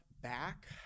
back